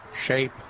shape